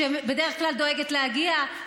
שבדרך כלל דואגת להגיע,